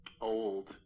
old